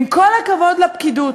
עם כל הכבוד לפקידות,